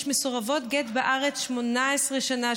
יש מסורבות גט בארץ 18 שנה,